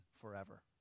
forever